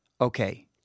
okay